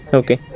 okay